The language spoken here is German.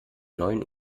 neun